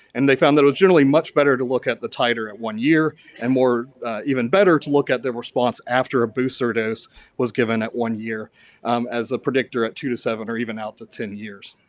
and they found that they're generally much better to look at the titer at one year and more even better to look at the response after a booster dose was given at one year as a predictor at two to seven or even out to ten years.